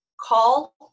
call